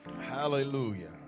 Hallelujah